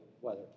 weather